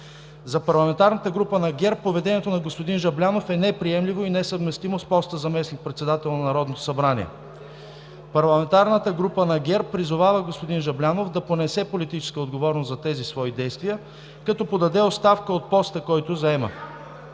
За Парламентарната група на ГЕРБ поведението на господин Жаблянов е неприемливо и несъвместимо с поста му като заместник-председател на Народното събрание. Парламентарната група на ГЕРБ призовава господин Жаблянов да понесе политическа отговорност за тези свои действия, като подаде оставка от поста, който заема.